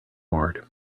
board